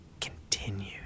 continued